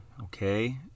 Okay